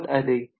बहुत अधिक